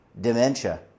dementia